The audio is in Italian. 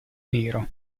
nero